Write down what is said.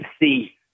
see